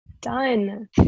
done